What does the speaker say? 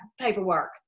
paperwork